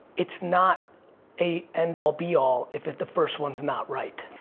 it's not a end all be all if if the first one's not right.